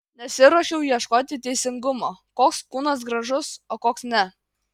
nesiruošiau ieškoti teisingumo koks kūnas gražus o koks ne